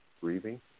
breathing